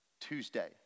Tuesday